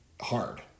hard